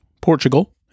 Portugal